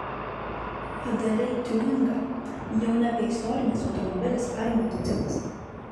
padarei tiuningą jau nebe istorinis automobilis ar motociklas